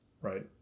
right